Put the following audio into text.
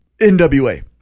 NWA